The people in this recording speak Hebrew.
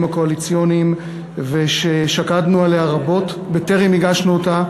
הקואליציוניים וששקדנו עליה רבות בטרם הגשנו אותה,